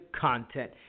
content